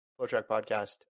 flowtrackpodcast